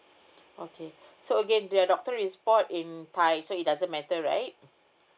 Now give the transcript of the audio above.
okay so again the doctor's report in thai so it doesn't matter right